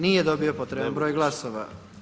Nije dobio potreban broj glasova.